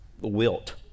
wilt